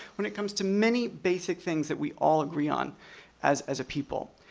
when it comes to many basic things that we all agree on as as a people.